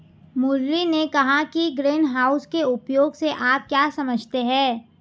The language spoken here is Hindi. मुरली ने कहा कि ग्रीनहाउस के उपयोग से आप क्या समझते हैं?